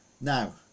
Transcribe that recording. Now